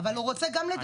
הוא רוצה גם לדבר.